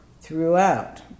throughout